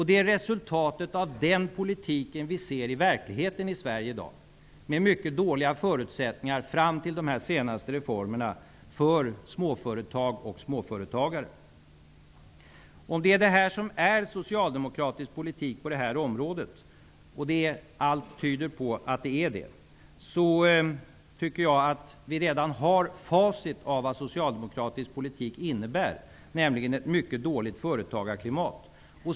Det är resultatet av den politiken som vi ser i verkligheten i Sverige i dag. Det har varit mycket dåliga förutsättningar, fram till de senaste reformerna, för småföretag och småföretagare. Om detta är socialdemokratisk politik på det här området -- allt tyder på att det är så -- anser jag att vi redan kan se facit av vad den politiken innebär, nämligen ett mycket dåligt företagarklimat.